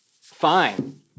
fine